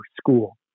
school